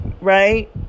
right